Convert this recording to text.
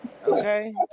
Okay